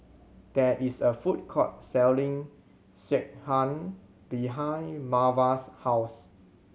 there is a food court selling Sekihan behind Marva's house